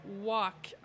walk